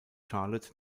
charlotte